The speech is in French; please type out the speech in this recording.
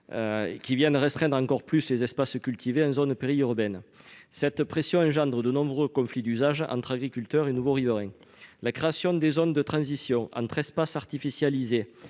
qui restreignent encore davantage les espaces cultivés en zone périurbaine. Cette pression engendre de nombreux conflits d'usage entre agriculteurs et nouveaux riverains. La création des zones de transition entre espaces artificialisés